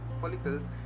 follicles